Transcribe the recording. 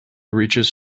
reaches